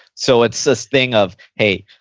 so, it's this thing of, hey,